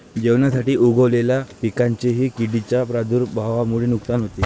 जेवणासाठी उगवलेल्या पिकांचेही किडींच्या प्रादुर्भावामुळे नुकसान होते